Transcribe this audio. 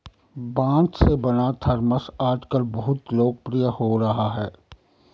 बाँस से बना थरमस आजकल बहुत लोकप्रिय हो रहा है